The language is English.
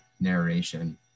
narration